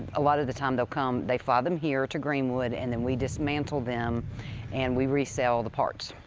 a lot of the time they'll come. they fly them here to greenwood, and then we dismantle them and we resell the parts.